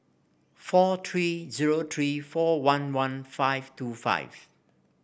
four three zero three four one one five two five